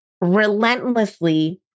relentlessly